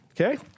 Okay